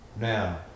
Now